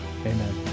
Amen